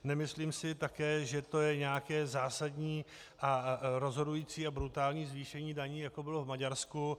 Nemyslím si také, že to je nějaké zásadní a rozhodující a brutální zvýšení daní, jako bylo v Maďarsku.